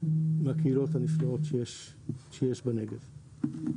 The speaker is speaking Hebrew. מהקהילות הנפלאות שיש בנגב.